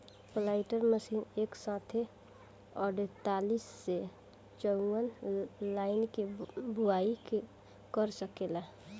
planter machine एक साथे अड़तालीस से चौवन लाइन के बोआई क सकेला